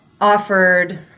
offered